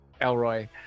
Elroy